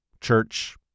church